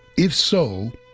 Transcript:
if so,